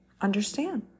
understand